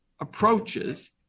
approaches